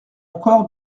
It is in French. encore